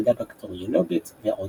מעבדה בקטריולוגית ועוד.